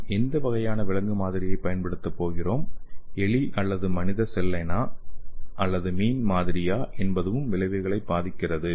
நாம் எந்த வகையான விலங்கு மாதிரியைப் பயன்படுத்தப் போகிறோம் எலி அல்லது மனித செல்லைன்களா அல்லது மீன் மாதிரியா என்பதும் விளைவுகளைப் பாதிக்கிறது